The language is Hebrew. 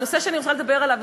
הנושא שאני רוצה לדבר עליו,